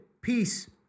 Peace